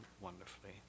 wonderfully